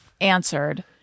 answered